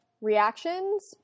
reactions